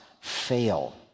fail